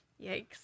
Yikes